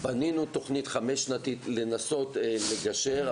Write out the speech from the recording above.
בנינו תוכנית חמש-שנתית לנסות לגשר,